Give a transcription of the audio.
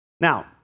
Now